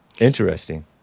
Interesting